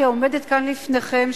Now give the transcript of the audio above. שעומדת כאן לפניכם,